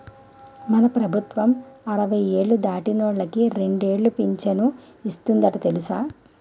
మన ప్రభుత్వం అరవై ఏళ్ళు దాటినోళ్ళకి రెండేలు పింఛను ఇస్తందట తెలుసా